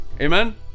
amen